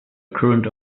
current